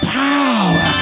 power